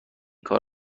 کار